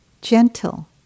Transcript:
Gentle